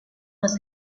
was